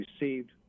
received